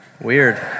Weird